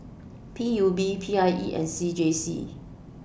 P U B P I E and C J C